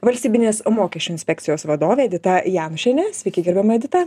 valstybinės mokesčių inspekcijos vadovė edita janušienė sveiki gerbiama edita